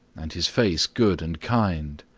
and his face good and kind.